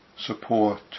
Support